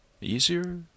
easier